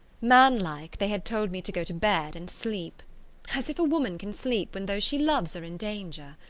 manlike, they had told me to go to bed and sleep as if a woman can sleep when those she loves are in danger!